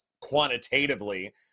quantitatively